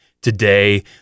Today